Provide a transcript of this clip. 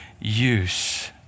use